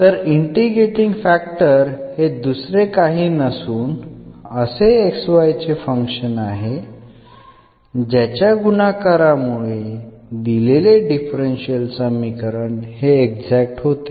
तर integrating factor हे दुसरे काही नसून असे x y चे फंक्शन आहे ज्याच्या गुणाकारामुळे दिलेले डिफरन्शियल समीकरण हे एक्झॅक्ट होते